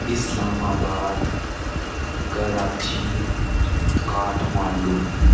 Islamabad Karachi Kathmandu